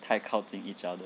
太靠近 each other